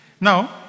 Now